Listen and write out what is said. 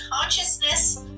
Consciousness